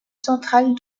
centrale